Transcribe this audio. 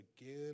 again